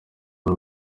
b’u